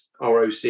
ROC